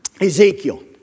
Ezekiel